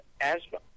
asthma